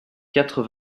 quatre